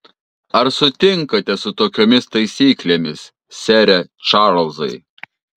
ar sutinkate su tokiomis taisyklėmis sere čarlzai